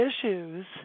issues